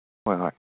ꯍꯣꯏ ꯍꯣꯏ